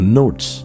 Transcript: notes